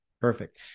Perfect